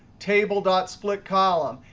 table dot split column,